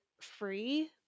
free